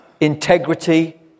integrity